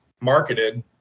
marketed